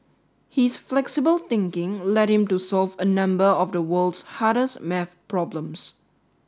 his flexible thinking led him to solve a number of the world's hardest maths problems